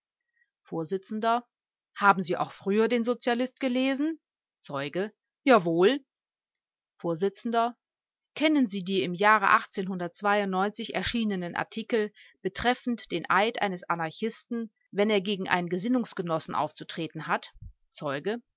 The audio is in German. vors haben sie auch früher den sozialist gelesen zeuge jawohl vors kennen sie die im jahre erschienenen artikel betreffend den eid eines anarchisten wenn er gegen einen gesinnungsgenossen aufzutreten hat zeuge